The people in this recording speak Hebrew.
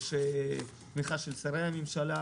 יש תמיכה של שרי הממשלה,